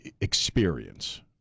experience